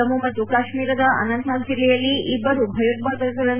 ಜಮ್ಮು ಮತ್ತು ಕಾಶ್ಮೀರದ ಅನಂತ್ನಾಗ್ ಜಿಲ್ಲೆಯಲ್ಲಿ ಇಬ್ಬರು ಭಯೋತ್ಪಾದಕರನ್ನು